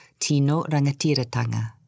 Tino-Rangatiratanga